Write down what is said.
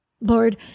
Lord